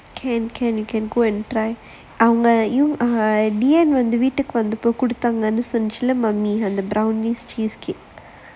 can can you can go and try அவங்க:avanga neon வீட்டுக்கு வந்தப்ப குடுத்தாங்கன்னு சொல்லுச்சள்ள:veetukku vanthappa kuduthaangannu solluchalla mummy her the brownies cheesecake